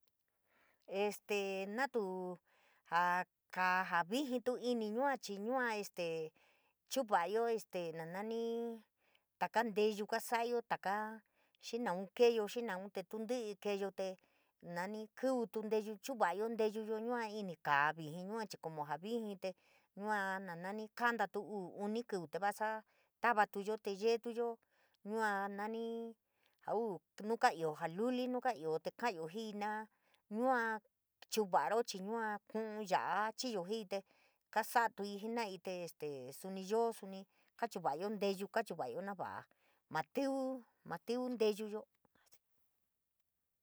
Este naatu jaa. ja. ja viijitu ini yua chii yua este chu´unva´ayo este nani kaka nteyu kaa sa´ayo taka xii naun keyo xii naun te tuu ntí´i keyo te nani kíví too nteyu chu´unva´ayo teyuyo yua ini viijt chii como jaa vijii te yua na nani kantatu uu, uni kiu, te vasa tavatuya te yeetuyo yua nani jau nu ka ioo jaluli nun kaasatuii jenaii te este suni yoo suni kachi va´ayo nteyu, kachuvayo na va´a matiu ma tiuví nteyuyo